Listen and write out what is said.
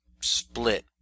split